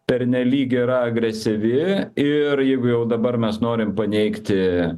pernelyg yra agresyvi ir jeigu jau dabar mes norim paneigti